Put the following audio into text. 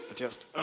ah just